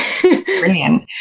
Brilliant